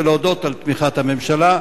ולהודות על תמיכת הממשלה.